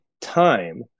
time